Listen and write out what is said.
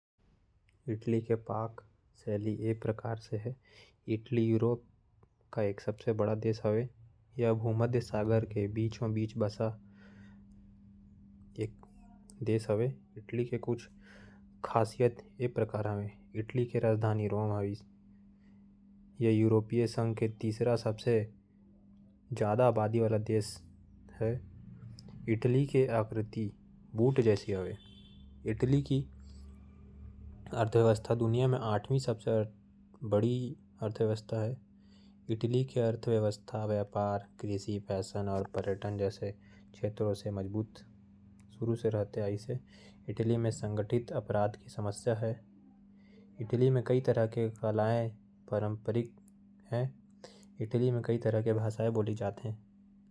इटली के पाक शैली। इटली म पाक कला के खासियत ये हावय। के हर क्षेत्र म अलग अलग स्वाद अउ विशेषता हावय। इतालवी व्यंजन स्थानीय सामग्री अउ मौसम के अनुरूप व्यंजन के मिश्रण हावय। इटली के कुछ प्रसिद्ध व्यंजन ये हावयं अरंसिनी। दक्षिणी इटली के सिसिली द्वीप के ये पकवान। तले चावल के चेस्टनट ले बने हावय। ये गोली म कीना टमाटर के सॉस। पनीर अउ मसाले भरे जाथे।